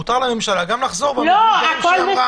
מותר לממשלה גם לחזור בה מדברים שהיא אמרה.